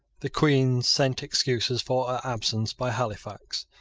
the queen sent excuses for her absence by halifax.